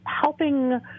helping